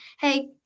hey